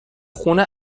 خونه